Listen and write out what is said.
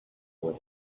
where